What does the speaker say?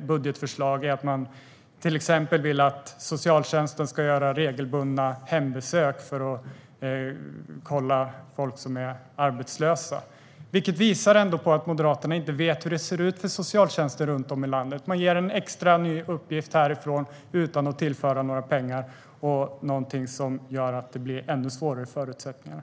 budgetförslag är att man till exempel vill att socialtjänsten ska göra regelbundna hembesök för att kolla folk som är arbetslösa. Det visar att Moderaterna inte vet hur det ser ut för socialtjänsten runt om i landet. Man ger en ny, extra uppgift härifrån utan att tillföra några pengar, vilket gör att förutsättningarna blir ännu sämre.